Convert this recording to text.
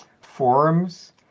forums